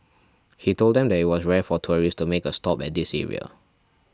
he told them that it was rare for tourists to make a stop at this area